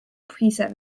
preset